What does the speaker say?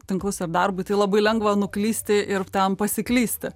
tinklus ir darbui tai labai lengva nuklysti ir ten pasiklysti